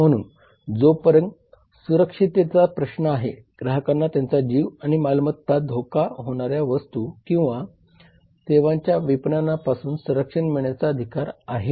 म्हणून जोपर्यंत सुरक्षिततेचा प्रश्न आहे ग्राहकांना त्यांचा जीव आणि मालमत्तेना धोका होणाऱ्या वस्तू आणि सेवांच्या विपणनापासून संरक्षण मिळण्याचा अधिकार आहे